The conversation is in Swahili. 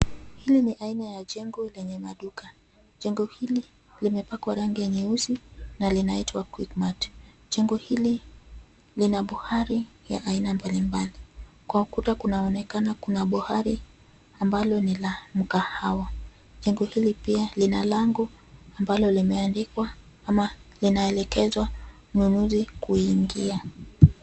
Hili ni aina ya jengo lenye maduka, jengo hili limepakwa rangi ya nyeusi na linaitwa Quickmart. Jengo hili lina buhari ya aina mbalimbali, kwa ukuta kunaonekana kuna buhari ambalo ni la mkahawa. Jango hili pia lina lango ambalo limeandikwa ama linaelekezwa mnunuzi kuingia.